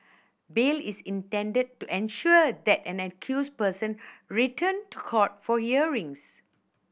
bail is intended to ensure that an accused person return to court for hearings